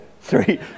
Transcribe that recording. Three